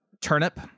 turnip